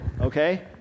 okay